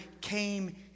came